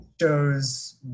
shows